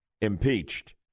impeached